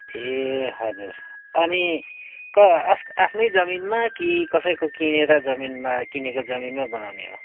ए हजुर अनि कहाँ आफ आफ्नै जमिनमा कि कसैको किनेर जमिनमा किनेको जमिनमा बनाउने हो